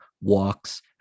walks